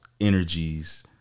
energies